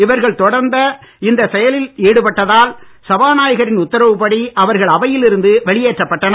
இவர்கள் தொடர்ந்து இந்த செயலில் ஈடுபட்டதால் சபாநாயகரின் உத்தரவுப் படி அவர்கள் அவையில் இருந்து வெளியேற்றப் பட்டனர்